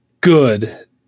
good